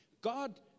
God